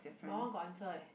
my one got answer eh